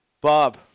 Bob